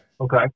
Okay